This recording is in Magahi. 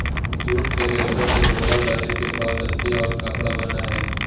जूट के रेशा से बोरा, दरी, तिरपाल, रस्सि और कपड़ा बनय हइ